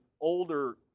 older